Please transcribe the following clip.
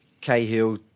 Cahill